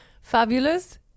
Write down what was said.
Fabulous